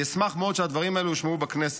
אני אשמח מאוד שהדברים האלו יושמעו בכנסת.